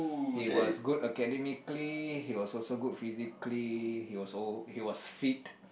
he was good academically he was also good physically he was al~ he was fit